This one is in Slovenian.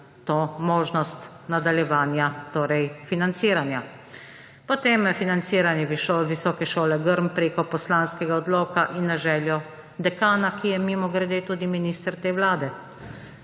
to možnost nadaljevanja, torej, financiranja. Potem, financiranje visoke šole Grm preko poslanskega odloka in na željo dekana, ki je mimogrede tudi minister te Vlade.